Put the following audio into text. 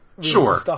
Sure